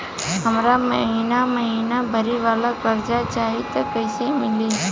हमरा महिना महीना भरे वाला कर्जा चाही त कईसे मिली?